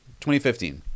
2015